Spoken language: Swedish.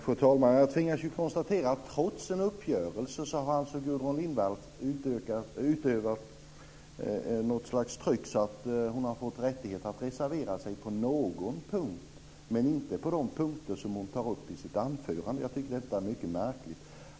Fru talman! Jag tvingas konstatera att trots en uppgörelse har Gudrun Lindvall utövat något slags tryck så att hon har fått rättigheter att reservera sig på någon punkt, men inte på de punkter hon tar upp i sitt anförande. Jag tycker att detta är mycket märkligt.